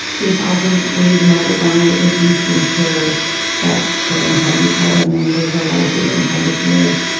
if i could wave a magic wand it would be to ensure that children can be children and live the life they were intended to live.